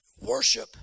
Worship